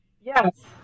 Yes